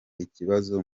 ikibazo